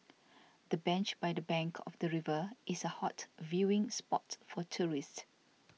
the bench by the bank of the river is a hot viewing spot for tourists